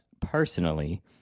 personally